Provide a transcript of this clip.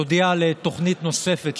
תודיע על תוכנית נוספת,